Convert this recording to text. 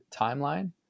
timeline